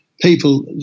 People